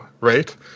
right